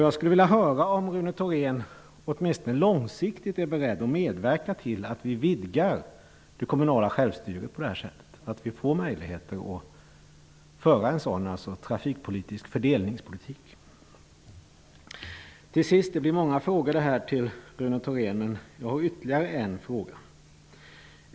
Jag skulle vilja höra om Rune Thorén är beredd att, åtminstone långsiktigt, medverka till att vi vidgar det kommunala självstyret på det här sättet och att vi får möjligheter att föra en sådan trafikpolitisk fördelningspolitik. Det blir många frågor till Rune Thorén, och jag har ytterligare en fråga.